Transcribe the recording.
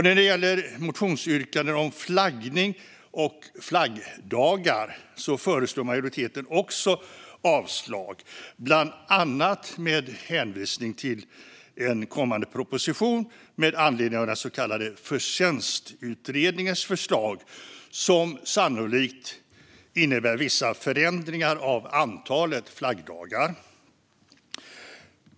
När det gäller motionsyrkanden om flaggning och flaggdagar föreslår majoriteten också avslag, bland annat med hänvisning till en kommande proposition med anledning av den så kallade Förtjänstutredningens förslag, som sannolikt innebär vissa förändringar av antalet flaggdagar.